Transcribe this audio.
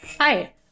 Hi